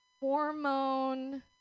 Hormone